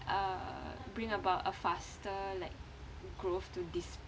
uh bring about a faster like growth to